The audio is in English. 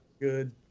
good